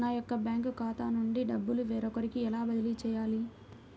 నా యొక్క బ్యాంకు ఖాతా నుండి డబ్బు వేరొకరికి ఎలా బదిలీ చేయాలి?